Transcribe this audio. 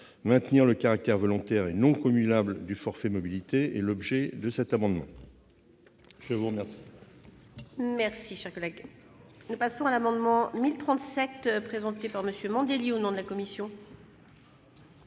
maintenir le caractère volontaire et non cumulable du forfait mobilités durables. L'amendement